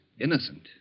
innocent